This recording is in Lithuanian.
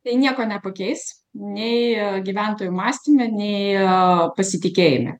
tai nieko nepakeis nei gyventojų mąstyme nei pasitikėjime